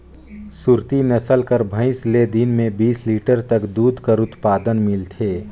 सुरती नसल कर भंइस ले दिन में बीस लीटर तक दूद कर उत्पादन मिलथे